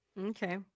Okay